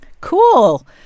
Cool